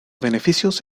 beneficios